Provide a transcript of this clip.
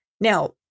Now